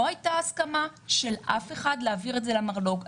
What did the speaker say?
לא הייתה הסכמה של אף אחד להעביר את זה למרלוג.